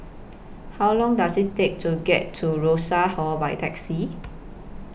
How Long Does IT Take to get to Rosas Hall By Taxi